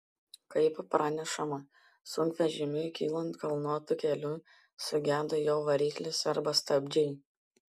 kaip pranešama sunkvežimiui kylant kalnuotu keliu sugedo jo variklis arba stabdžiai